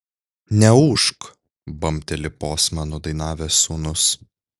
neūžk bambteli posmą nudainavęs sūnus